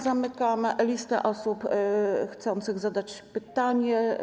Zamykam listę osób chcących zadać pytanie.